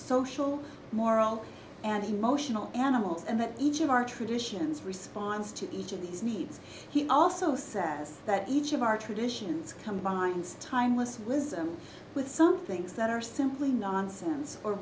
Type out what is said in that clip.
social moral and emotional animals and that each of our traditions responds to each of these needs he also says that each of our traditions combines timeless wisdom with some things that are simply nonsense or